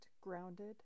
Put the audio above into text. grounded